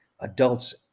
adults